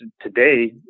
today